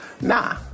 Nah